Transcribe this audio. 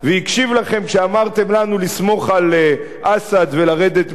כשאמרתם לנו לסמוך על אסד ולרדת מהגולן.